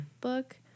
book